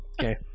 Okay